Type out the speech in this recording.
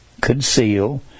conceal